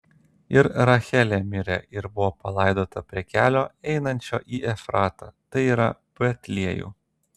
ir rachelė mirė ir buvo palaidota prie kelio einančio į efratą tai yra betliejų